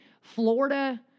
Florida